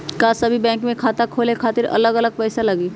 का सभी बैंक में खाता खोले खातीर अलग अलग पैसा लगेलि?